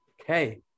okay